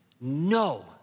no